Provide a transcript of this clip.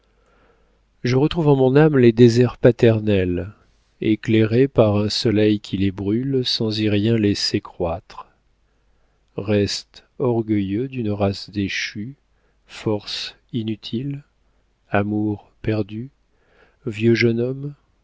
je retrouve en mon âme les déserts paternels éclairés par un soleil qui les brûle sans y rien laisser croître reste orgueilleux d'une race déchue force inutile amour perdu vieux jeune homme